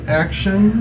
action